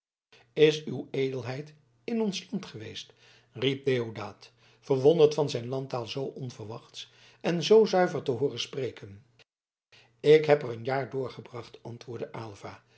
is uwe edelheid in ons land geweest riep deodaat verwonderd van zijn landtaal zoo onverwachts en zoo zuiver te hooren spreken ik heb er een jaar doorgebracht antwoordde aylva